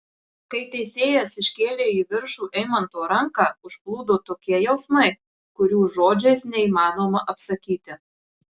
kai teisėjas iškėlė į viršų eimanto ranką užplūdo tokie jausmai kurių žodžiais neįmanoma apsakyti